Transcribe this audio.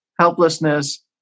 helplessness